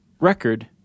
record